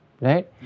right